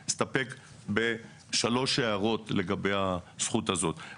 ניתן לעשות בו שימוש בתנאי שמקבלת טיפול ההפריה היא